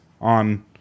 on